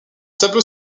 tableau